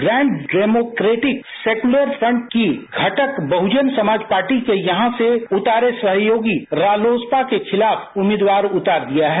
grand Democratic Secular Front की घटक Bahujan Samaj Party ने यहां से अपने सहयोगी रालोसपा के खिलाफ उम्मीदवार उतार दिया है